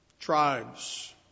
tribes